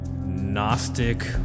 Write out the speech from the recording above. Gnostic